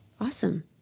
awesome